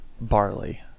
barley